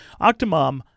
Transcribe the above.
Octomom